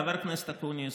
חבר הכנסת אקוניס,